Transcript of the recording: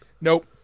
nope